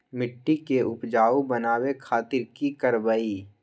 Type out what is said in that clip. मिट्टी के उपजाऊ बनावे खातिर की करवाई?